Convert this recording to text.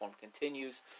continues